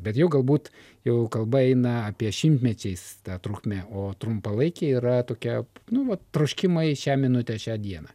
bet jau galbūt jau kalba eina apie šimtmečiais ta trukmė o trumpalaikė yra tokia nu vot troškimai šią minutę šią dieną